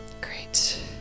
great